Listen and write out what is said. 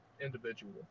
individual